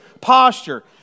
posture